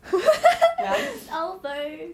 it's over